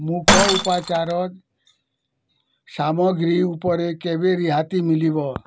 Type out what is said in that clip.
ମୁଖ ଉପାଚାର ସାମଗ୍ରୀ ଉପରେ କେବେ ରିହାତି ମିଲିବ